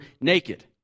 naked